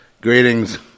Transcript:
Greetings